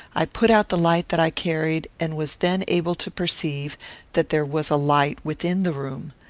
i put out the light that i carried, and was then able to perceive that there was light within the room.